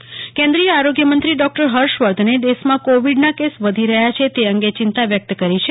હર્ષવર્ધન કેન્દ્રીય આરોગ્યમંત્રી ડોક્ટર હર્ષવર્ધને દેશમાં કોવિડના કેસ વધી રહ્યા છે તે અંગે ચિંતા વ્યક્ત કરી છે